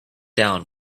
down